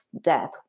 death